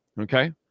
Okay